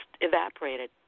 evaporated